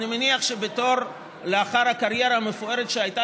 אני מניח שלאחר הקריירה המפוארת שהייתה